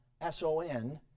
S-O-N